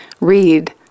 read